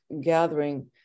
gathering